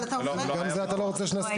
גם על זה אתה לא רוצה שנסכים?